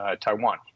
Taiwan